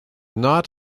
not